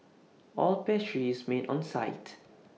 all pastry is made on site